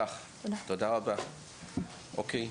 תודה לך, תודה רבה, אוקי.